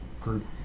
group